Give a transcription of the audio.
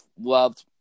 loved